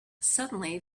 suddenly